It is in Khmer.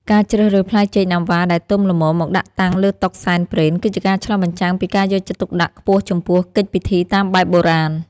ការជ្រើសរើសផ្លែចេកណាំវ៉ាដែលទុំល្មមមកដាក់តាំងលើតុសែនព្រេន គឺជាការឆ្លុះបញ្ចាំងពីការយកចិត្តទុកដាក់ខ្ពស់ចំពោះកិច្ចពិធីតាមបែបបុរាណ។